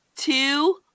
Two